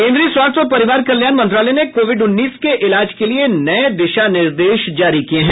केंद्रीय स्वास्थ्य और परिवार कल्याण मंत्रालय ने कोविड उन्नीस के इलाज के लिए नए दिशा निर्देश जारी किए हैं